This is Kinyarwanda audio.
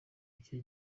icyo